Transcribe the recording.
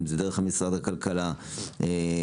אם זה דרך משרד הכלכלה בנוסף,